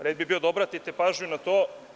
Red bi bio da obratite pažnju na to.